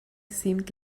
seemed